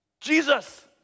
Jesus